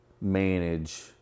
manage